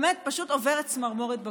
באמת, פשוט עוברת צמרמורת בגוף.